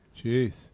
jeez